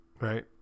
right